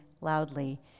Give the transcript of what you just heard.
loudly